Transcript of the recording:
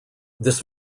this